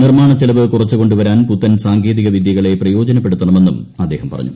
നിർമ്മാണച്ചെലവ് കുറച്ചുകൊണ്ടുവരാൻ പുത്തിൻസാങ്കേതിക വിദ്യകളെ പ്രയോജനപ്പെടുത്തണമെന്നും അദ്ദേഹം പറഞ്ഞു